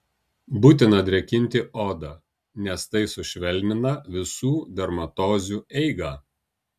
būtina drėkinti odą nes tai sušvelnina visų dermatozių eigą